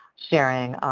sharing,